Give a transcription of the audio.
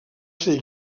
ser